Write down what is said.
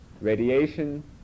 radiation